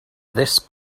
this